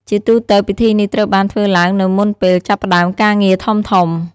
ជាទូទៅ ពិធីនេះត្រូវបានធ្វើឡើងនៅមុនពេលចាប់ផ្តើមការងារធំៗ។